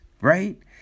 right